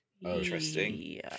Interesting